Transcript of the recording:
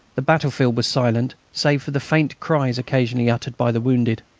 the battlefield was silent, save for the faint cries occasionally uttered by the wounded.